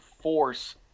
force